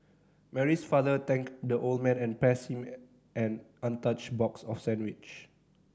Mary's father thanked the old man and passed him an untouched box of sandwich